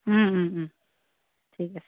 ঠিক আছে